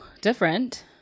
different